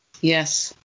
Yes